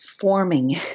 forming